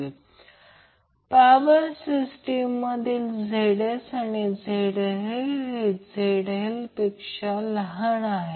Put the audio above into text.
तर त्या प्रकरणात काय होईल हे प्रत्यक्षात फक्त बॅलन्स फेजसाठी आहे जे नेहमी 0 असते